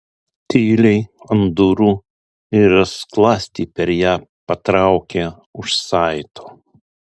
tyliai ant durų ir skląstį per ją patraukė už saito